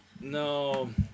No